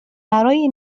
برای